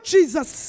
Jesus